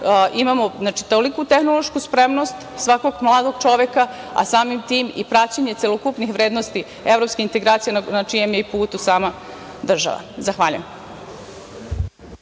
imamo toliku tehnološku spremnost svakog mladog čoveka, a samim tim i praćenje celokupnih vrednosti evropske integracije na čijem je i putu sama država. Zahvaljujem.